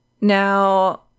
Now